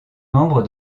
membre